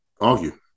argue